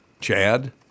Chad